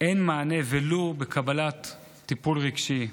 אין מענה, ולו בקבלת טיפול רגשי.